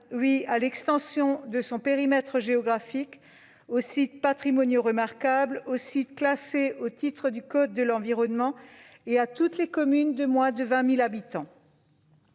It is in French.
à l'extension de son périmètre géographique aux sites patrimoniaux remarquables, aux sites classés au titre du code de l'environnement et à toutes les communes de moins de 20 000 habitants.